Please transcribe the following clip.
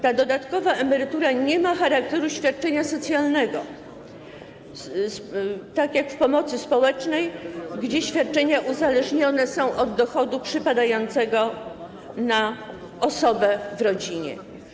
Ta dodatkowa emerytura nie ma charakteru świadczenia socjalnego tak jak w pomocy społecznej, gdzie świadczenia uzależnione są od dochodu przypadającego na osobę w rodzinie.